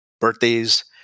birthdays